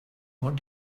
what